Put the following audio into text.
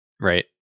right